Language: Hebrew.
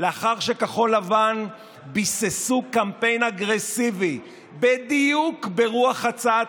לאחר שכחול לבן ביססו קמפיין אגרסיבי בדיוק ברוח הצעת